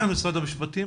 ואלה רק חלק מהתפוקות,